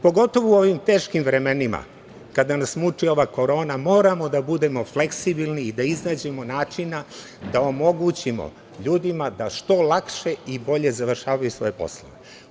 Pogotovo u ovim teškim vremenima kada nas muči ova korona moramo da budemo fleksibilni i da iznađemo načina da omogućimo ljudima da što lakše i bolje završavaju svoje poslove.